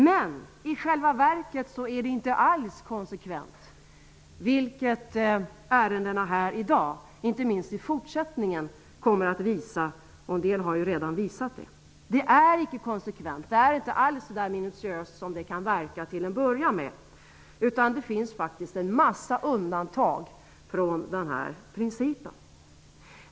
Men i själva verket är det inte alls konsekvent genomfört, vilket ärendena här i dag inte minst i fortsättningen kommer att visa, och en del har redan visat det. Det är inte konsekvent och inte alls så minutiöst genomfört som det till att börja med kan verka, utan det finns en mängd undantag från denna princip.